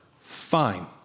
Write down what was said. fine